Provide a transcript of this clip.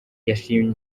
yashimye